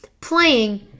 playing